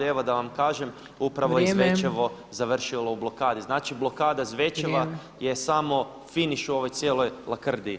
Evo da vam kažem, upravo je Zvečevo [[Upadica Opačić: Vrijeme.]] završilo u blokadi, znači blokada Zvečeva je samo finiš u ovoj cijeloj lakrdiji.